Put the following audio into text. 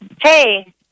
Hey